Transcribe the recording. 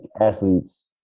athletes